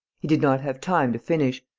he did not have time to finish.